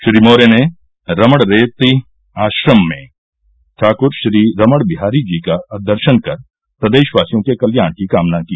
श्री मौर्य ने रमणरेती आश्रम में ठाकुर श्री रमण बिहारी जी का दर्शन कर प्रदेशवासियों के कल्याण की कामना की